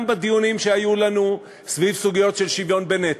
גם בדיונים שהיו לנו סביב סוגיות של שוויון בנטל,